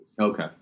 Okay